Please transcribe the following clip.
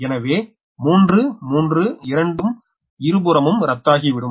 எனவே 3 3 இரண்டும் இருபுறமும் ரத்தங்கிவிடும்